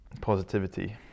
positivity